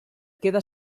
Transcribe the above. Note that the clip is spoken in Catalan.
queda